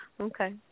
Okay